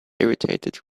irritated